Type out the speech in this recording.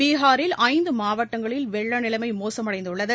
பீகாரில் ஐந்து மாவட்டங்களில் வெள்ள நிலைமை மோசமடைந்துள்ளது